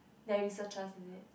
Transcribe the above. their researchers is it